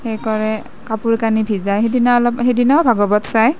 হেৰি কৰে কাপোৰ কানি ভিজাই সেইদিনা অলপ সেইদিনাও ভাগৱত চায়